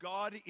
God